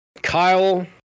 kyle